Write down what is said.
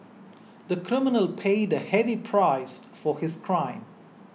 the criminal paid a heavy price for his crime